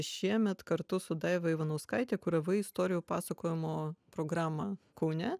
šiemet kartu su daiva ivanauskaite kuravai istorijų pasakojimo programą kaune